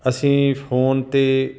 ਅਸੀਂ ਫ਼ੋਨ 'ਤੇ